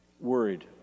Worried